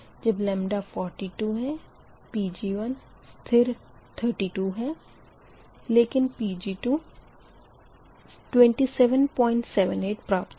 जब 42 Pg1 स्थिर 32 है लेकिन Pg2 2778 प्राप्त होगा